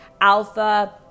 alpha